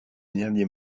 dernier